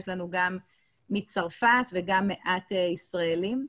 יש לנו גם מצרפת וגם מעט ישראלים.